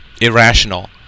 Irrational